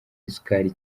isukari